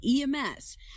ems